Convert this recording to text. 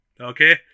okay